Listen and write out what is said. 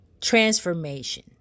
Transformation